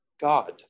God